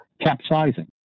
capsizing